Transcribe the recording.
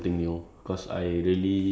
ya and that's one thing